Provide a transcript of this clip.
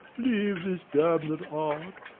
leave this damned art,